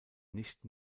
nicht